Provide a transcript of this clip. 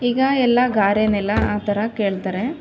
ಈಗ ಎಲ್ಲ ಗಾರೆ ನೆಲ ಆ ಥರ ಕೇಳ್ತಾರೆ